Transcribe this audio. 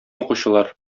укучылар